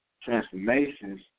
transformations